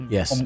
Yes